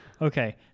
Okay